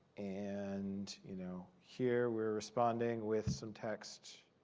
and you know here, we're responding with some text